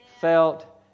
felt